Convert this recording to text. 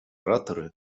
ораторы